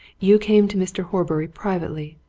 you came to mr. horbury privately.